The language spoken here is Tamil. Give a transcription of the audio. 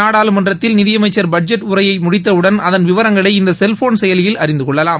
நாடாளுமன்றத்தில் நிதி அமைச்சர் பட்ஜெட் உரையை முடித்தவுடன் அதன் விவரங்களை இந்த செல்போன் செயலியில் அறிந்தகொள்ளலாம்